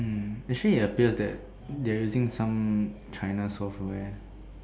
um actually it appears that they are using some China software